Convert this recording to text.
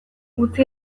utzi